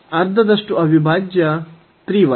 ಅರ್ಧದಷ್ಟು ಅವಿಭಾಜ್ಯ 3 y